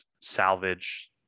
salvage